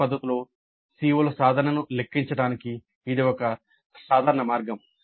పరోక్ష పద్ధతిలో CO ల సాధనను లెక్కించడానికి ఇది ఒక సాధారణ మార్గం